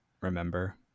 remember